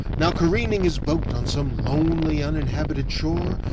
now careening his boat on some lonely uninhabited shore,